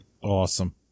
Awesome